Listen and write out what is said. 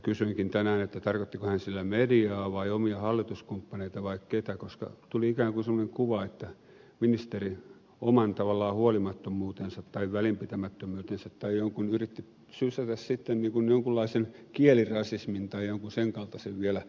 kysyinkin tänään tarkoittiko hän sillä mediaa vai omia hallituskumppaneita vai ketä koska tuli ikään kuin semmoinen kuva että ministeri oman tavallaan huolimattomuutensa tai välinpitämättömyytensä tai jonkin muun takia yritti sysätä sitten jonkunlaisen kielirasismin tai jonkun sen kaltaisen päälle vielä tässä